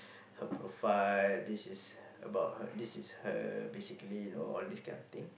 her profile this is about this is her basically you know all this kind of thing